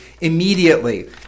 immediately